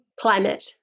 climate